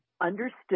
understood